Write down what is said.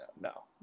no